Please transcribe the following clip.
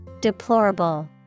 Deplorable